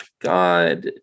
God